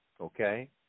okay